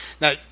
Now